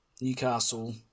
Newcastle